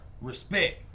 Respect